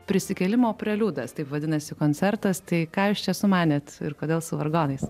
prisikėlimo preliudas taip vadinasi koncertas tai ką jūs čia sumanėt ir kodėl su vargonais